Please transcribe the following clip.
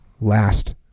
last